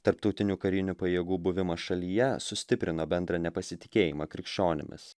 tarptautinių karinių pajėgų buvimas šalyje sustiprina bendrą nepasitikėjimą krikščionimis